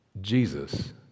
Jesus